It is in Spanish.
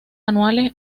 anuales